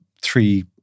three